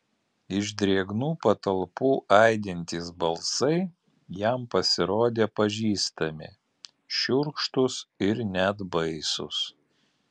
iš drėgnų patalpų aidintys balsai jam pasirodė nepažįstami šiurkštūs ir net baisūs